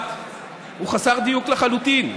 שאמרת הוא חסר דיוק לחלוטין,